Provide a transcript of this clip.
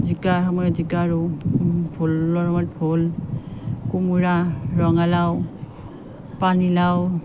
জিকাৰ সময়ত জিকা ৰুওঁ ভুলৰ সময়ত ভুল কোমোৰা ৰঙালাও পানীলাও